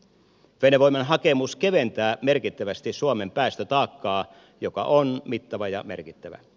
fennovoiman hakemus keventää merkittävästi suomen päästötaakkaa joka on mittava ja merkittävä